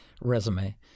resume